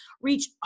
reach